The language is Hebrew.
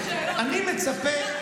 אני מצפה,